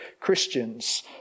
Christians